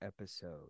episode